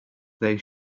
they